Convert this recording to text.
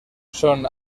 són